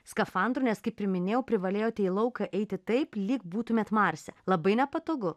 skafandru nes kaip ir minėjau privalėjote į lauką eiti taip lyg būtumėt marse labai nepatogu